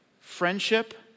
friendship